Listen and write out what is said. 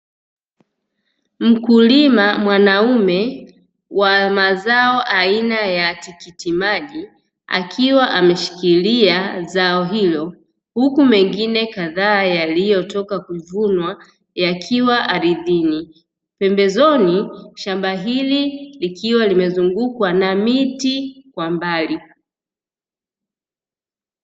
Mkulima mwanaume wa mazao aina ya tikiti maji akiwa ameshikilia zao hilo huku mengine kadhaa yaliyotoka kuvunwa yakiwa ardhini, pembezoni shamba hili likiwa limezungukwa na miti kwa mbali.